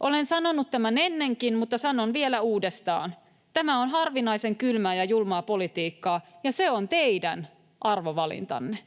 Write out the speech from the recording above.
Olen sanonut tämän ennenkin, mutta sanon vielä uudestaan: tämä on harvinaisen kylmää ja julmaa politiikkaa, ja se on teidän arvovalintanne.